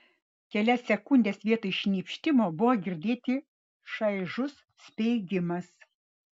kelias sekundes vietoj šnypštimo buvo girdėti šaižus spiegimas